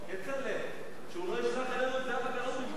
כצל'ה, שהוא לא ישלח אלינו את זהבה גלאון במקומך.